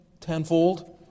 Tenfold